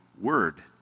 word